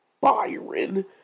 Byron